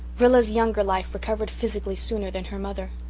rilla's younger life recovered physically sooner than her mother.